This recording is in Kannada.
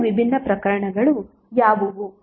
ಎರಡು ವಿಭಿನ್ನ ಪ್ರಕರಣಗಳು ಯಾವುವು